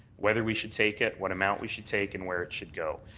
whether we should take it, what amount we should take and where it should go.